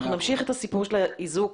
אנחנו נמשיך את הסיפור של האיזוק